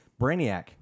Brainiac